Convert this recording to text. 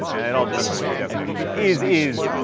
and it all depends on what your definition of is is,